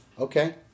Okay